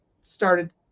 started